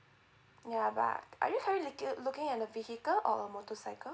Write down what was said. ya but are you currently looking at a vehicle or a motorcycle